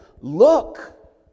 look